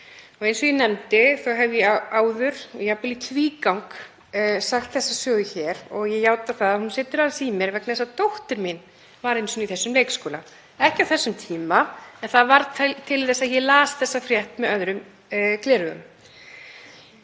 Eins og ég nefndi hef ég áður, jafnvel í tvígang, sagt þessa sögu hér. Ég játa að hún situr aðeins í mér vegna þess að dóttir mín var einu sinni í þessum leikskóla, ekki á þessum tíma, en það varð til þess að ég las þessa frétt með öðrum gleraugum.